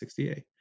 68